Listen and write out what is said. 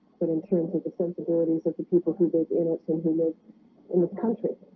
but in terms of the sensibilities of the people conveys in its intimate in the country